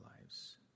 lives